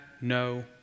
no